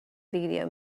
video